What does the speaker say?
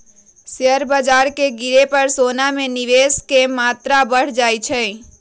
share बाजार के गिरे पर सोना में निवेश के मत्रा बढ़ जाइ छइ